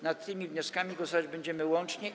Nad tymi wnioskami głosować będziemy łącznie.